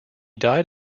died